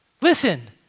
Listen